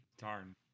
darn